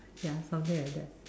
ya something like that